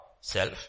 self